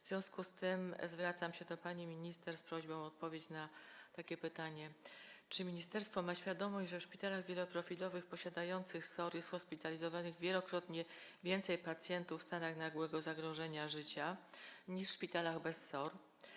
W związku z tym zwracam się do pani minister z prośbą o odpowiedź na takie pytanie: Czy ministerstwo ma świadomość, że w szpitalach wieloprofilowych posiadających SOR-y jest hospitalizowanych wielokrotnie więcej pacjentów w stanach nagłego zagrożenia życia niż w szpitalach bez SOR?